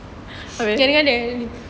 abeh